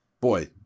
boy